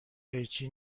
قیچی